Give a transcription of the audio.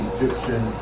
Egyptian